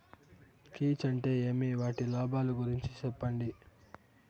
కీచ్ అంటే ఏమి? వాటి లాభాలు గురించి సెప్పండి?